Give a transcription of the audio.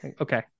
Okay